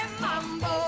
Mambo